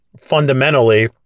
fundamentally